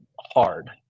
hard